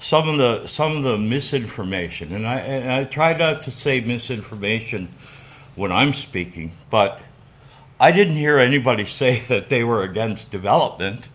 some some of the misinformation. and i try not to say misinformation when i'm speaking, but i didn't hear anybody say that they were against development.